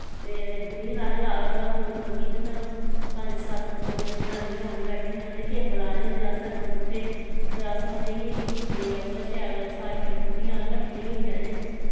ते बीह्न असैं लाए दा होंदा मुल्ख कि जित्थें पंज सत्त कुड़ियां जनानियां होन बैट्ठी दियां ते किम्ब लाए दे होंदे असै अपनै बूह्टे फिर अस उनेंगी किम्बें गी शैल सारियां बौह्नियां कट्ठियां होयै